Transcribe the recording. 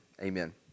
Amen